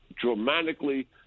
dramatically